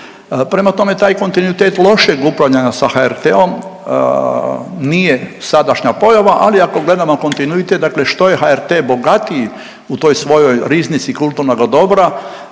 Prema tome, taj kontinuitet lošeg upravljanja sa HRT-om nije sadašnja pojava, ali ako gledamo kontinuitet, dakle što je HRT bogatiji u toj svojoj riznici kulturnoga dobra,